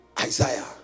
Isaiah